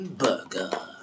burger